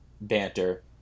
banter